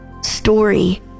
story